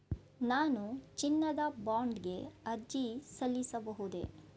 ನಾನು ಚಿನ್ನದ ಬಾಂಡ್ ಗೆ ಅರ್ಜಿ ಸಲ್ಲಿಸಬಹುದೇ?